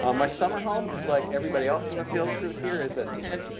um my summer home, just like everybody else in the field crew here, is a tent.